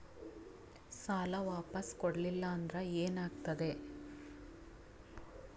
ಸಾಲ ವಾಪಸ್ ಕೊಡಲಿಲ್ಲ ಅಂದ್ರ ಏನ ಆಗ್ತದೆ?